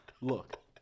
Look